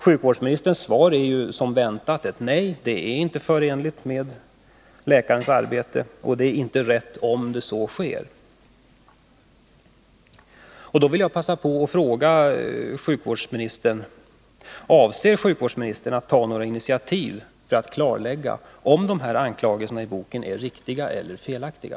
Sjukvårdsministern svarar som väntat att det jag pekat på inte är förenligt med läkarens arbete och att hon, om läkare gjort sig skyldig till oegentligheter, tar avstånd från sådant. Jag vill passa på att fråga sjukvårdsministern: Avser sjukvårdsministern att ta några initiativ för att klarlägga om anklagelserna i boken är riktiga eller felaktiga?